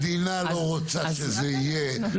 אם המדינה לא רוצה שזה יהיה,